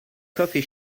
coffee